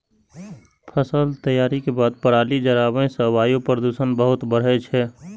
फसल तैयारी के बाद पराली जराबै सं वायु प्रदूषण बहुत बढ़ै छै